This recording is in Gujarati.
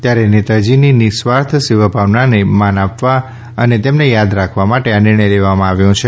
ત્યારે નેતાજીની નિઃસ્વાર્થ સેવાભાવને માન આપવા અને તેમને યાદ રાખવા માટે આ નિર્ણય લેવામાં આવ્યો છે